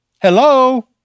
Hello